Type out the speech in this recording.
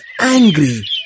angry